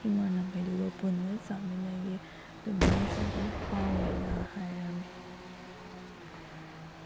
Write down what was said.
ꯏꯃꯥꯟꯅꯕꯒꯤꯗꯨꯒ ꯄꯨꯟꯅ ꯆꯥꯃꯤꯟꯅꯈꯤ ꯑꯗꯨ ꯃꯣꯏꯅꯁꯨ ꯑꯗꯨꯝ ꯍꯥꯎꯋꯦꯅ ꯍꯥꯏꯔꯝꯃꯤ